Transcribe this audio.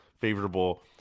favorable